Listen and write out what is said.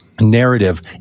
narrative